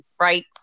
right